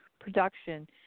production